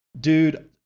dude